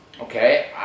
Okay